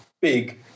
big